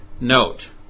Note